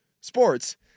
sports